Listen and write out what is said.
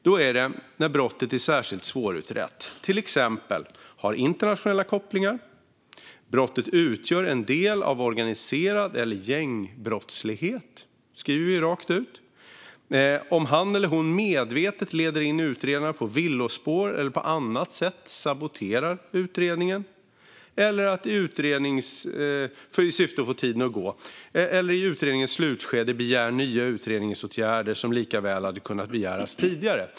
Det är när brottet är särskilt svårutrett och till exempel har internationella kopplingar, när brottet utgör en del av organiserad brottslighet eller gängbrottslighet, vilket vi skriver rakt ut, om man medvetet leder in utredarna på villospår eller på annat sätt saboterar utredningen i syfte att få tiden att gå eller om nya utredningsåtgärder begärs i utredningens slutskede som likaväl hade kunnat begäras tidigare.